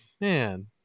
Man